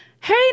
Hey